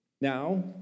Now